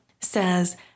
says